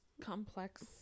complex